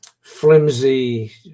flimsy